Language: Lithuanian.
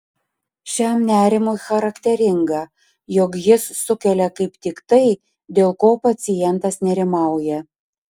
šiam nerimui charakteringa jog jis sukelia kaip tik tai dėl ko pacientas nerimauja